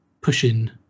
pushing